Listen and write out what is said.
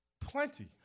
Plenty